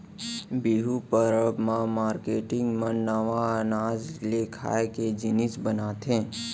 बिहू परब म मारकेटिंग मन नवा अनाज ले खाए के जिनिस बनाथे